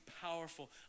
powerful